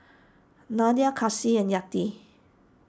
Nadia Kasih and Yati